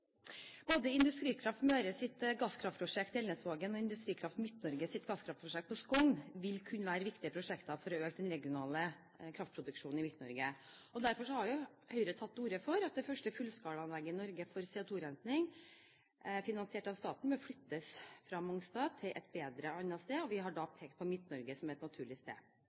Både Industrikraft Møres gasskraftprosjekt i Elnesvågen og Industrikraft Midt-Norges gasskraftprosjekt på Skogn vil kunne være viktige prosjekter for å øke den regionale kraftproduksjonen i Midt-Norge. Derfor har Høyre tatt til orde for at det første fullskalaanlegget for CO2-rensing i Norge finansiert av staten bør flyttes fra Mongstad til et annet og bedre sted. Vi har da pekt på Midt-Norge som et naturlig sted.